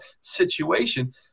situation